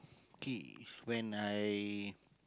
okay is when I